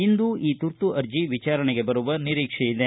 ಇಂದು ಈ ತುರ್ತು ಅರ್ಜಿ ವಿಚಾರಣೆಗೆ ಬರುವ ನಿರೀಕ್ಷೆ ಇದೆ